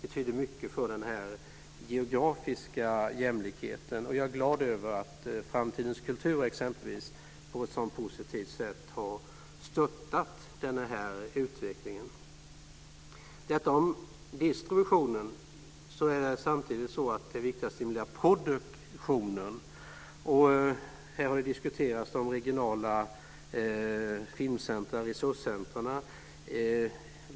Det betyder mycket för den geografiska jämlikheten, och jag är glad över att exempelvis Framtidens kultur på ett så positivt sätt har stöttat denna utveckling. Detta gäller distributionen. Samtidigt är det viktigt att stimulera produktionen. Här har de regionala filmcentrumen, resurscentrumen, diskuterats.